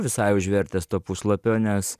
visai užvertęs to puslapio nes